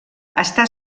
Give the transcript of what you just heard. està